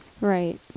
Right